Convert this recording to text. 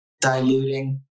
diluting